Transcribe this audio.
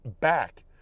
back